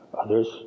Others